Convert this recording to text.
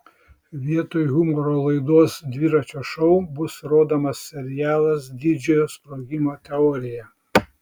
vietoj humoro laidos dviračio šou bus rodomas serialas didžiojo sprogimo teorija